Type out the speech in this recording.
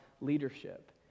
leadership